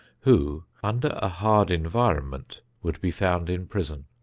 who under a hard environment would be found in prison.